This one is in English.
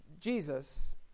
Jesus